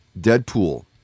Deadpool